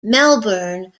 melbourne